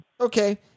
Okay